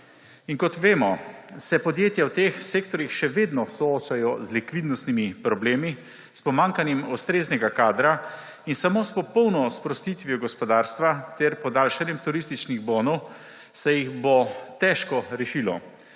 Kot vemo, se podjetja v teh sektorjih še vedno soočajo z likvidnostnimi problemi, s pomanjkanjem ustreznega kadra in samo s popolno sprostitvijo gospodarstva ter podaljšanjem turističnih bonov se jih bo težko rešilo.